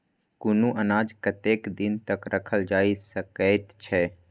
कुनू अनाज कतेक दिन तक रखल जाई सकऐत छै?